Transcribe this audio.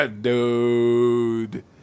Dude